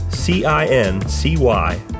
C-I-N-C-Y